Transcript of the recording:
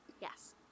Yes